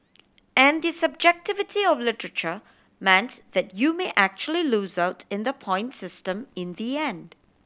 and the subjectivity of literature meant that you may actually lose out in the point system in the end